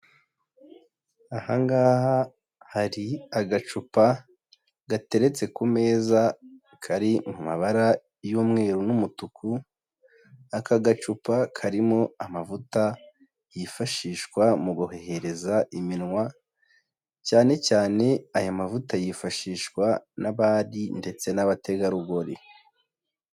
Aha ngaha hari agacupa gateretse ku meza kari mu mabara y'umweru n'umutuku, aka gacupa karimo amavuta yifashishwa mu bohehereza iminwa, cyane cyane aya mavuta yifashishwa n'abari ndetse n'abategarugori.